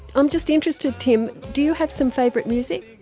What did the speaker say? i'm just interested, tim, do you have some favourite music?